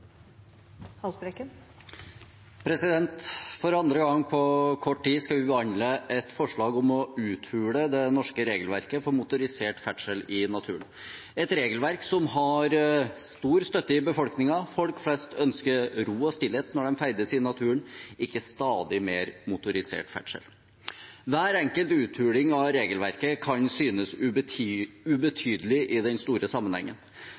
For andre gang på kort tid skal vi behandle et forslag om å uthule det norske regelverket for motorisert ferdsel i naturen – et regelverk som har stor støtte i befolkningen. Folk flest ønsker ro og stillhet når de ferdes i naturen, ikke stadig mer motorisert ferdsel. Hver enkel uthuling av regelverket kan synes ubetydelig i den store sammenhengen.